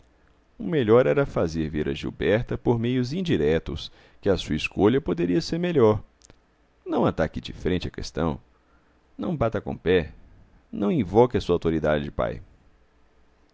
o melhor era fazer ver a gilberta por meios indiretos que a sua escolha poderia ser melhor não ataque de frente a questão não bata com o pé não invoque a sua autoridade de pai